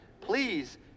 Please